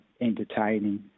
entertaining